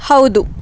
ಹೌದು